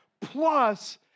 plus